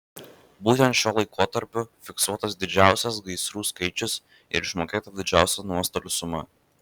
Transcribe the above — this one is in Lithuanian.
būtent šiuo laikotarpiu fiksuotas didžiausias gaisrų skaičius ir išmokėta didžiausia nuostolių suma